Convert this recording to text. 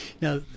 Now